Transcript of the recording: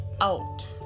out